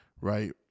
right